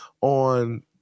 on